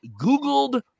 googled